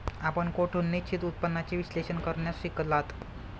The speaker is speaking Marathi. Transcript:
आपण कोठून निश्चित उत्पन्नाचे विश्लेषण करण्यास शिकलात?